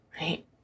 right